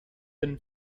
been